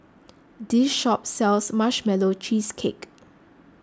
this shop sells Marshmallow Cheesecake